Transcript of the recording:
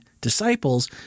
disciples